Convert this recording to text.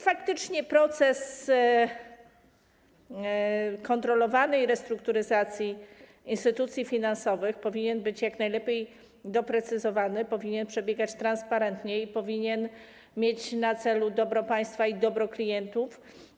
Faktycznie proces kontrolowanej restrukturyzacji instytucji finansowych powinien być jak najlepiej doprecyzowany, powinien przebiegać bardziej transparentnie, powinien mieć na celu dobro państwa i dobro klientów.